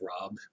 Rob